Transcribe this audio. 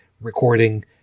recording